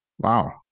Wow